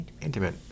Intimate